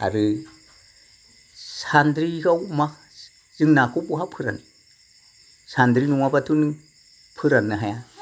आरो सान्द्रियाव मा जों नाखौ बहा फोरानो सानद्रि नङाबाथ' नों फोराननो हाया